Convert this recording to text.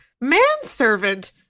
manservant